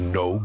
no